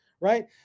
right